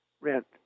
rent